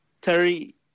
Terry